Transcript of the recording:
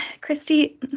Christy